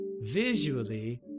Visually